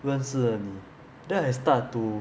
认识了你 I start to